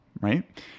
right